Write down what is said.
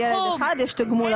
החל מילד אחד יש תגמול אחר.